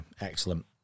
excellent